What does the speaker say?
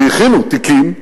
והכינו תיקים,